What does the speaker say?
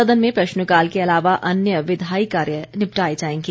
सदन में प्रश्नकाल के अलावा अन्य विधायी कार्य निपटाए जाएंगे